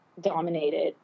dominated